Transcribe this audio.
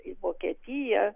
į vokietiją